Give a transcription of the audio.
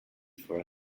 for